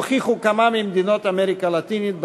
הוכיחו כמה ממדינות אמריקה הלטינית,